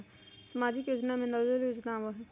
सामाजिक योजना में नल जल योजना आवहई?